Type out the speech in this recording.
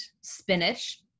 spinach